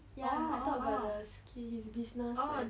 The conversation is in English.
ya I thought got the ski~ his business